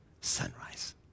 sunrise